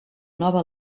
nova